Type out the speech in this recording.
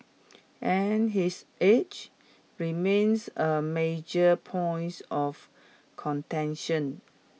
and his age remains a major points of contention